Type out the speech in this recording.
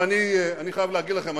אני חייב להגיד לכם,